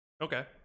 okay